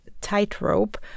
tightrope